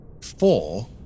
four